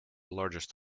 largest